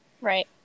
Right